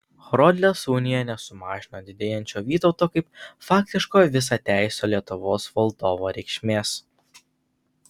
horodlės unija nesumažino didėjančios vytauto kaip faktiško visateisio lietuvos valdovo reikšmės